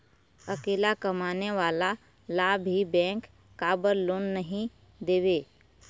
अकेला कमाने वाला ला भी बैंक काबर लोन नहीं देवे?